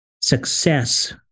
success